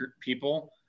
people